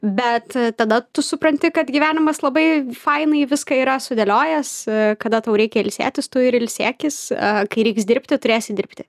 bet tada tu supranti kad gyvenimas labai fainai viską yra sudėliojęs kada tau reikia ilsėtis tu ir ilsėkis kai reiks dirbti turėsi dirbti